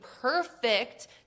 perfect